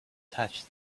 touched